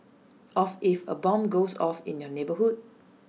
of if A bomb goes off in your neighbourhood